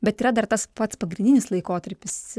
bet yra dar tas pats pagrindinis laikotarpis